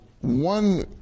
one